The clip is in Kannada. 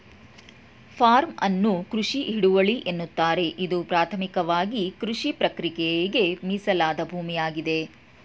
ಫಾರ್ಮ್ ಅನ್ನು ಕೃಷಿ ಹಿಡುವಳಿ ಎನ್ನುತ್ತಾರೆ ಇದು ಪ್ರಾಥಮಿಕವಾಗಿಕೃಷಿಪ್ರಕ್ರಿಯೆಗೆ ಮೀಸಲಾದ ಭೂಮಿಯಾಗಿದೆ